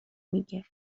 میگه